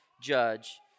judge